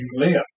Leia